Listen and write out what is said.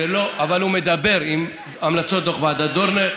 אבל הוא מדבר עם המלצות דוח ועדת דורנר.